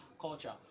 culture